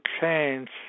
change